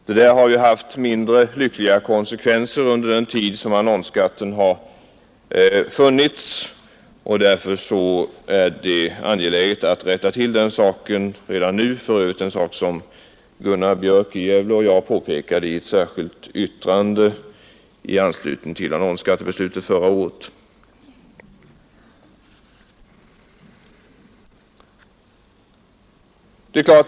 Den nuvarande ordningen har haft mindre lyckliga konsekvenser under den tid annonsskatten funnits. Därför är det angeläget att redan nu rätta till den saken. Det var för övrigt en sak som Gunnar Björk i Gävle och jag påpekade i ett särskilt yttrande i samband med annonsskattebeslutet förra året.